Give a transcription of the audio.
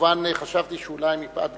כמובן חשבתי שאולי מפאת גילי,